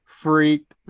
Freak